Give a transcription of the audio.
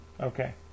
Okay